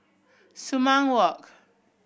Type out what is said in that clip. Sumang Walk